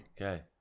okay